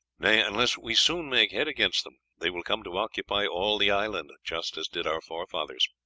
nay, unless we soon make head against them they will come to occupy all the island, just as did our forefathers.